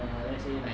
err let's say like